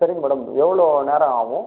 சரிங்க மேடம் எவ்வளோ நேரம் ஆகும்